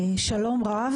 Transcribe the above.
לצערי,